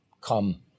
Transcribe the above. come